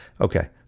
Okay